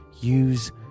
Use